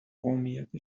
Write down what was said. قومیت